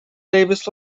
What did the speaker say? davis